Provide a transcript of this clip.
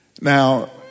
Now